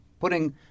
putting